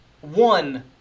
one